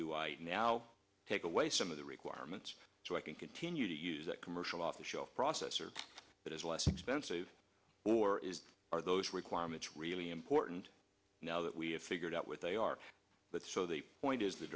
i now take away some of the requirements so i continue to use that commercial off the shelf processor but is less expensive or is are those requirements really important now that we have figured out what they are but so the point is the